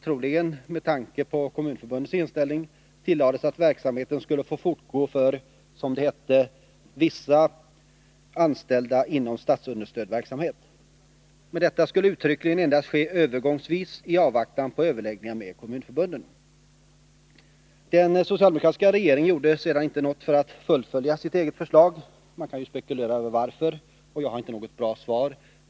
Troligen med tanke på kommunförbundens inställning tillades att verksamheten skulle få fortgå för, som det hette, vissa anställda inom statsunderstödd verksamhet. Men detta skulle uttryckligen endast ske övergångsvis i avvaktan på överläggningar med kommunförbunden. Den socialdemokratiska regeringen gjorde sedan inte något för att fullfölja sitt eget förslag. Man kan spekulera över orsaken. Jag har inte något bra svar.